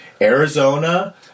Arizona